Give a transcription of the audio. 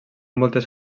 moltes